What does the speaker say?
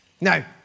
Now